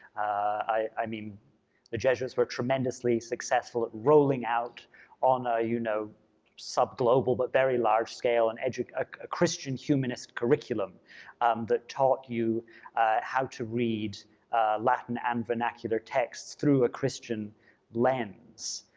i mean the jesuits were tremendously successful at ruling out on a you know subglobal but very large scale, and and ah a christian humanist curriculum that taught you how to read latin and vernacular texts through a christian lens.